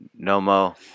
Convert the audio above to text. Nomo